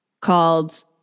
called